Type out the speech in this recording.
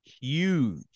Huge